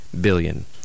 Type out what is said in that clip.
billion